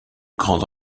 grande